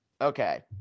Okay